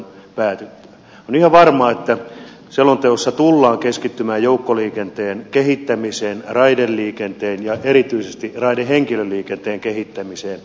on ihan varmaa että selonteossa tullaan keskittymään joukkoliikenteen kehittämiseen raideliikenteen ja erityisesti raidehenkilöliikenteen kehittämiseen